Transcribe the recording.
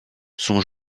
son